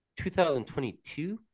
2022